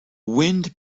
wind